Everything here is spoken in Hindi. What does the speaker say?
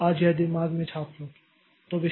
तो आज यह दिमाग में छाप लो